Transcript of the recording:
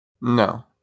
No